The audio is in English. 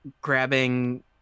grabbing